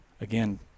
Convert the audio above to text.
again